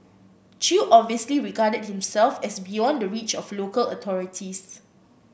Chew obviously regarded himself as beyond the reach of local authorities